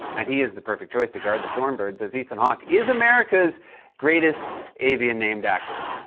and he is the perfect choice to guard the thorn birds, as ethan hawke is america's greatest avian-named actor.